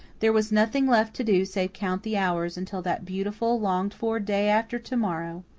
there was nothing left to do save count the hours until that beautiful, longed-for day after to-morrow.